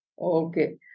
Okay